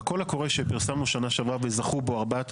בקול הקורא שפרסמנו שנה שעברה וזכו בו ארבעת